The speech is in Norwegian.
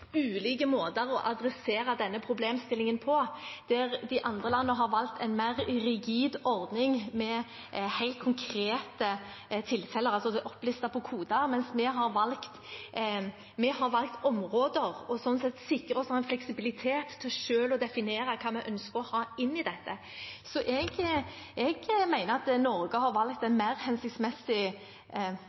ulike måter å adressere denne problemstillingen på. De andre landene har valgt en mer rigid ordning med helt konkrete tilfeller, altså opplistet på koder, mens vi har valgt områder og sånn sett sikret oss en fleksibilitet til selv å definere hva vi ønsker å ha inn i dette. Jeg mener at Norge har valgt en mer hensiktsmessig